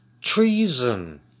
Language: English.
treason